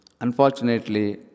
unfortunately